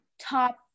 top